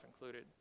included